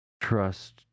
Trust